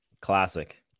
Classic